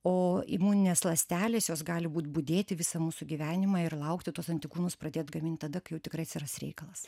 o imuninės ląstelės jos gali būt budėti visą mūsų gyvenimą ir laukti tuos antikūnus pradėt gamint tada kai jau tikrai atsiras reikalas